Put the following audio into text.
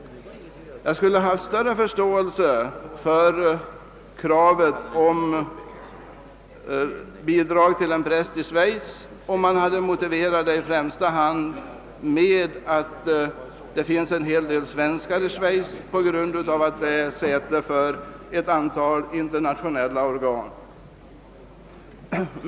Jag skulle ha större förståelse för kravet på bidrag till en präst i Schweiz, om man främst hade motiverat det med att en hel del svenskar bor i Schweiz därför att landet är säte för ett antal internationella organ.